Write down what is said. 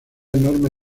enorme